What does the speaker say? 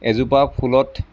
এজোপা ফুলত